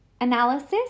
analysis